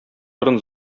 борын